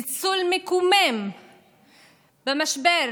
ניצול מקומם של משבר